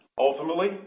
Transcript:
Ultimately